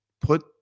put